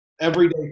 everyday